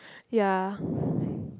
ya